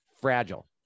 fragile